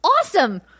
awesome